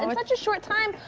and such a short time,